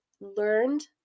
learned